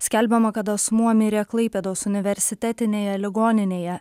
skelbiama kad asmuo mirė klaipėdos universitetinėje ligoninėje